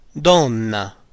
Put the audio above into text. donna